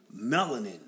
melanin